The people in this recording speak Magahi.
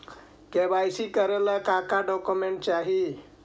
के.वाई.सी करे ला का का डॉक्यूमेंट चाही?